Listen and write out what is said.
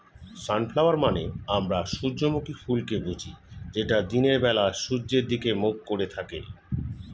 sunflower মানে আমরা সূর্যমুখী ফুলকে বুঝি যেটা দিনের বেলায় সূর্যের দিকে মুখ করে থাকে